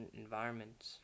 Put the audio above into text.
environments